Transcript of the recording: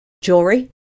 jewelry